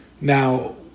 Now